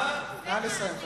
נא לסיים.